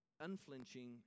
unflinching